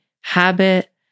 habit